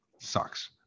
Sucks